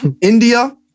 India